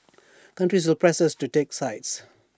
countries will press us to take sides